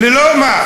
ללא, מה?